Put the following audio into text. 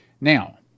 Now